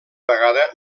vegada